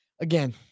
Again